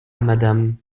madame